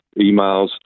emails